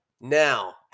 Now